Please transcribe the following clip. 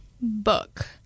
book